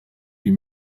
wie